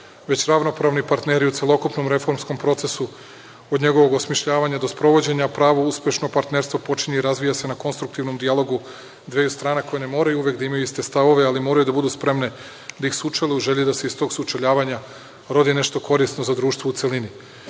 već ravnopravni partneri u celokupnom reformskom procesu od njegovog osmišljavanja do sprovođenja prava uspešnog partnerstva počinje i razvija se na konstruktivnom dijalogu dveju strana koje ne moraju uvek da imaju iste stavove, ali moraju da budu spremne da ih sučele u želji da se iz tog sučeljavanja rodi nešto korisno za društvo u celini. Civilni